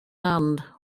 hand